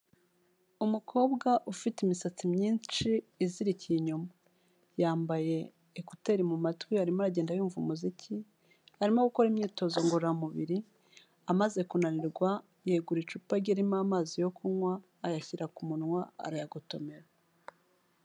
Umukobwa ufite imisatsi myinshi izirikiye inyuma. Yambaye ekuteri mu matwi arimo aragenda yumva umuziki, arimo gukora imyitozo ngororamubiri, amaze kunanirwa yegura icupa rye ririmo amazi yo kunywa, ayashyira ku munwa, arayagotomera.